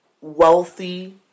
wealthy